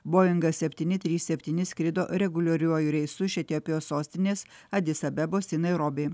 boingas septyni trys septyni skrido reguliariuoju reisu iš etiopijos sostinės adis abebos į nairobį